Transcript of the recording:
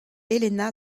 helena